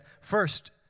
first